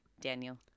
daniel